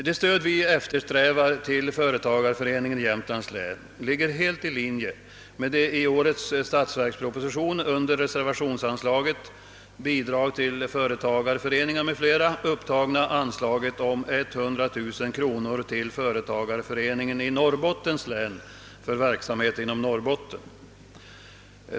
Det stöd vi eftersträvar till företagareföreningen i Jämtlands län ligger helt i linje med det i årets statsverksproposition, under reservationsanslaget Bidrag till företagarföreningar m.fl. upptagna anslag om 100000 kronor till företagareföreningen i Norrbottens län för verksamhet inom Norrbotten.